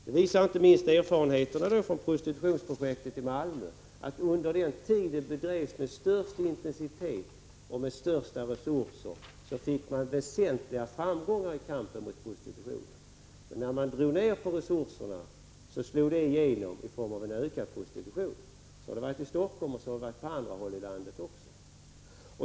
Det visar inte minst erfarenheterna från prostitutionsprojektet i Malmö. Under den tid projektet drevs med den största intensiteten och med de största resurserna nådde man väsentliga framgångar i kampen mot prostitutionen. Men när resurserna drogs ner, slog det igenom i form av en ökad prostitution. Så har det varit i Helsingfors och på andra håll i landet.